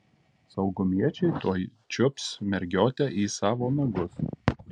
saugumiečiai tuoj čiups mergiotę į savo nagus